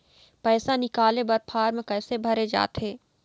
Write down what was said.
पैसा निकाले बर फार्म कैसे भरे जाथे?